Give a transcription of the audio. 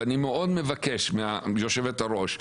ואני מאוד מבקש מיושבת הראש,